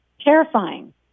terrifying